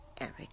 Eric